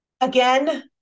Again